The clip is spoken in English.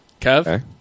Kev